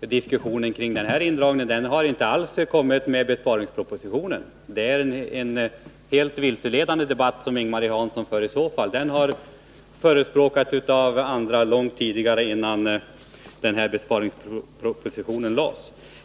Diskussionen kring den här indragningen har nämligen inte alls börjat med besparingspropositionen. Det är därför en helt vilseledande debatt som Ing-Marie Hansson för. Denna indragning har förespråkats av andra långt innan besparingspropositionen lades fram.